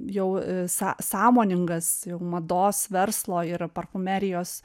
jau są sąmoningas jau mados verslo ir parfumerijos